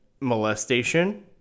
molestation